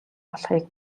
болохыг